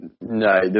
No